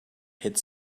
hit